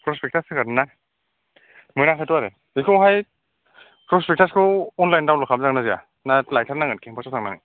prospectus होखादोंना मोनाखैथ' आरो बेखौहाय प्रसपेक्टासखौ अनलाइन डाउनलड खालाम जागोन्ना जाया ना लाइथार नांगोन केम्पासआव थांनानै